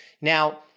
Now